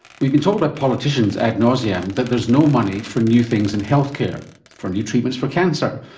we've been told by politicians ad nauseam that there's no money for new things in healthcare for new treatments for cancer,